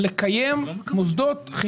אני שמח על כך שאנחנו מתקדמים בנושא של גני הילדים